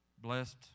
Blessed